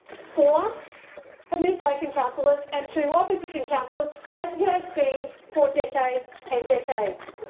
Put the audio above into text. four administration councillors and two opposition councillors as has been for decades and decades.